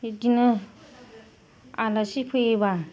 बिदिनो आलासि फैयोबा